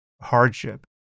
hardship